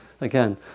Again